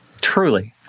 Truly